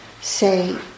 say